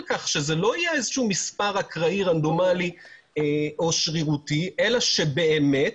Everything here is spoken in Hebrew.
כך שזה לא יהיה איזשהו מספר אקראי רנדומלי או שרירותי אלא שבאמת